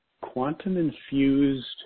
quantum-infused